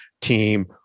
team